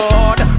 Lord